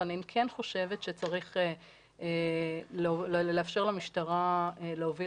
אבל אני כן חושבת שצריך לאפשר למשטרה להוביל